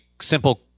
simple